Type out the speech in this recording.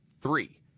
three